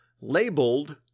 labeled